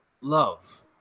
love